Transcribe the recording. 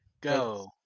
Go